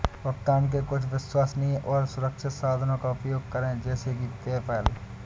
भुगतान के कुछ विश्वसनीय और सुरक्षित साधनों का उपयोग करें जैसे कि पेपैल